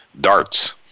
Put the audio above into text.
darts